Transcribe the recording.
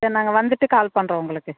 சரி நாங்கள் வந்துட்டு கால் பண்ணுறோம் உங்களுக்கு